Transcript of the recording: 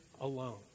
alone